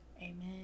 amen